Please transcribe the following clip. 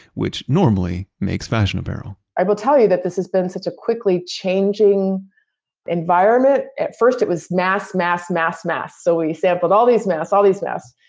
which normally makes fashion apparel i will tell you that this has been such a quickly changing environment. at first, it was masks, masks, masks, masks. so we sampled with all these masks. all these masks.